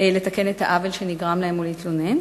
לתקן את העוול שנגרם להן ולהתלונן,